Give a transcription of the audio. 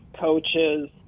coaches